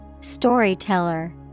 Storyteller